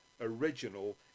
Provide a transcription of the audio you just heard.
original